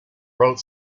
wrote